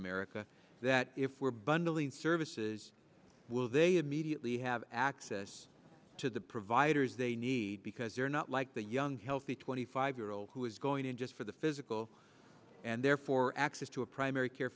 america that if we're bundling services will they immediately have access to the providers they need because they're not like the young healthy twenty five year old who is going in just for the physical and therefore access to a primary care